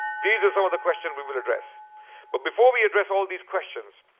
these are some of the questions we will address but before we address all these questions,